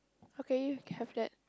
okay you can have that